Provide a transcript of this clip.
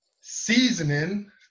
seasoning